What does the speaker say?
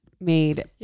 made